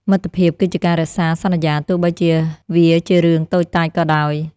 មិត្តភាពគឺជាការរក្សាសន្យាទោះបីជាវាជារឿងតូចតាចក៏ដោយ។